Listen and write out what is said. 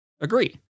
agree